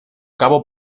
cabo